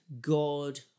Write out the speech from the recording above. god